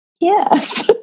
Yes